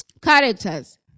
characters